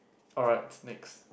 alright next